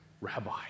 Rabbi